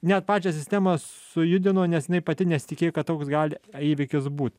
net pačią sistemą sujudino nes jinai pati nesitikėjo kad toks gali įvykis būti